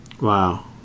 Wow